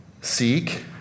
seek